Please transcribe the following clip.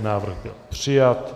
Návrh byl přijat.